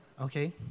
okay